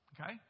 Okay